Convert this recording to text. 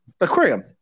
aquarium